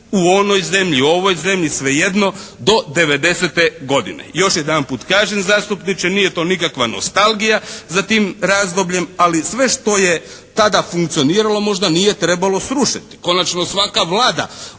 u onoj zemlji, ovoj zemlji svejedno do 90.-te godine. Još jednom kažem zastupniče, nije to nikakva nostalgija za tim razdobljem, ali sve što je tada funkcioniralo možda nije trebalo srušiti. Konačno, svaka Vlada,